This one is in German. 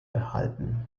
erhalten